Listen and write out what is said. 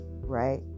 right